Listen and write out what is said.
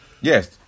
yes